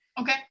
Okay